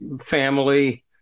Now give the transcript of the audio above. family